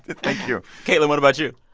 thank you caitlin, what about you?